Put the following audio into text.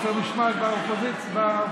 מה, חוסר משמעת בקואליציה.